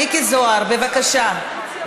מיקי זוהר, בבקשה.